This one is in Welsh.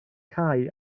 cau